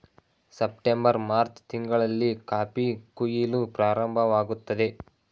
September March ತಿಂಗಳಲ್ಲಿ coffee ಕುಯಿಲು ಪ್ರಾರಂಭವಾಗುತ್ತದೆ